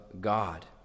God